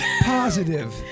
Positive